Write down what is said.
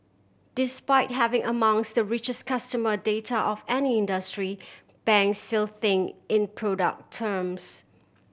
despite having amongst the richest customer data of any industry banks still think in product terms